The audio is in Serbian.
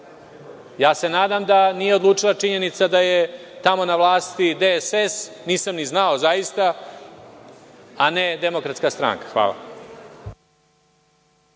Ja se nadam da nije odlučila činjenica da je tamo na vlasti DSS, nisam ni znao, zaista, a ne DS. Hvala.